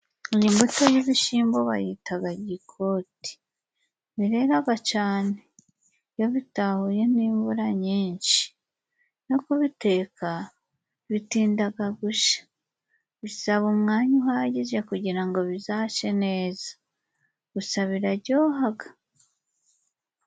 Iyi mbuto y'ibishyimbo bayitaga gikoti. Bireraga cyane iyo bitahuye n'imvura nyinshi, no kubiteka bitindaga gushya, bisaba umwanya uhagije kugirango bizashye neza gusa biraryohaga.